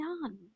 none